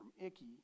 icky